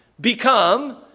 become